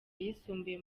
ayisumbuye